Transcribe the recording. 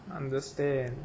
understand